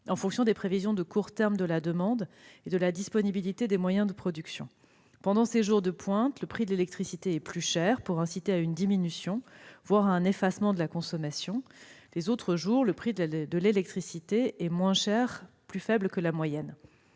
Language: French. en fonction des prévisions de court terme de la demande et de la disponibilité des moyens de production. Pendant ces jours de pointe, le prix de l'électricité est plus cher, pour inciter à une diminution, voire à un effacement, de la consommation. Les autres jours, le prix de l'électricité est plus faible que la moyenne.